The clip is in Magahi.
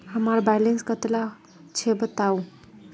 हमार बैलेंस कतला छेबताउ?